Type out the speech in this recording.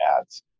ads